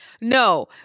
No